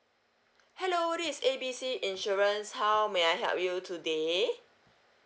hello this is A B C insurance how may I help you today